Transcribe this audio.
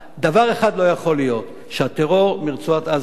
דבר אחד לא יכול להיות, שהטרור מרצועת-עזה יימשך.